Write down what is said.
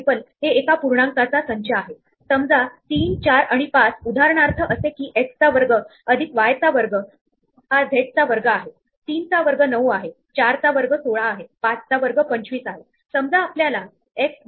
append असे म्हणू शकतात आणि हे टर्न आऊट होते पायथन लिस्ट pythons lists मध्ये पॉप हे बिल्ट इन फंक्शन आहे जे शेवटचा एलिमेंट काढून टाकते आणि आपल्याला पुन्हा परत देते